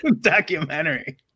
documentary